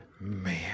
Man